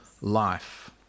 life